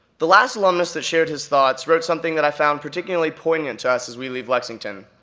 the last alumnus that shared his thoughts wrote something that i found particularly poignant to us as we leave lexington,